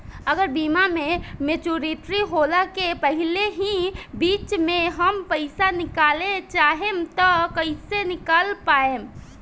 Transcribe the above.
अगर बीमा के मेचूरिटि होला के पहिले ही बीच मे हम पईसा निकाले चाहेम त कइसे निकाल पायेम?